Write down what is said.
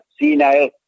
senile